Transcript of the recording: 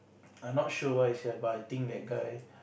I not sure why sia but I think that guy